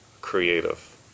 creative